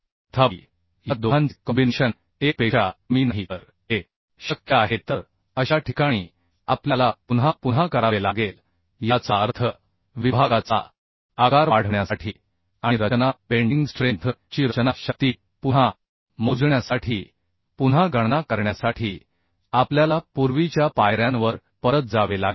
तथापि या दोघांचे कॉम्बिनेशन 1 पेक्षा कमी नाही तर हे शक्य आहे तर अशा ठिकाणी आपल्याला पुन्हा पुन्हा करावे लागेल याचा अर्थ विभागाचा आकार वाढविण्यासाठी आणि रचना बेंडिंग स्ट्रेंथ ची रचना शक्ती पुन्हा मोजण्यासाठी पुन्हा गणना करण्यासाठी आपल्याला पूर्वीच्या पायऱ्यांवर परत जावे लागेल